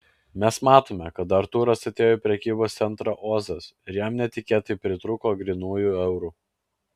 mes matome kad artūras atėjo į prekybos centrą ozas ir jam netikėtai pritrūko grynųjų eurų